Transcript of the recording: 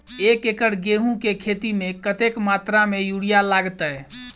एक एकड़ गेंहूँ केँ खेती मे कतेक मात्रा मे यूरिया लागतै?